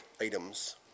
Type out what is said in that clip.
items